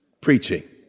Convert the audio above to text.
preaching